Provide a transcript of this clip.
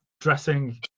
dressing